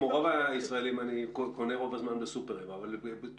כמו רוב הישראלים אני קונה רוב הזמן בסופרמרקטים אבל בתחושתי,